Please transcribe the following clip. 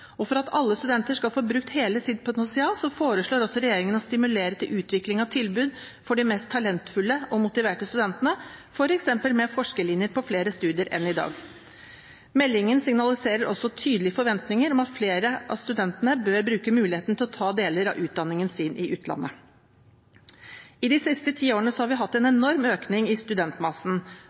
utdanningen. For at alle studenter skal få brukt hele sitt potensial, foreslår regjeringen å stimulere til utvikling av tilbud for de mest talentfulle og motiverte studentene, f.eks. med forskerlinjer på flere studier enn i dag. Meldingen signaliserer også tydelige forventninger om at flere studenter bør bruke muligheten til å ta deler av utdanningen sin i utlandet. I de siste ti årene har vi hatt en enorm økning i studentmassen.